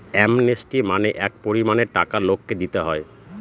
amnesty মানে এক পরিমানের টাকা লোককে দিতে হয়